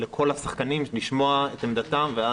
ומהם סכום התשלום המזערי לשנת 2020 וסכום התשלום המרבי